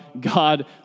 God